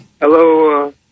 Hello